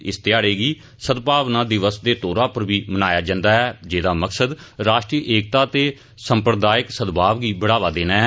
इस ध्याड़े गी सदभावना दिवस दे तौरा पर बी मनाया जन्दा ऐ जेदा मकसद राष्ट्रीय एकता ते सम्प्रदायिक सदभाव गी बढ़ावा देना ऐ